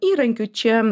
įrankiu čia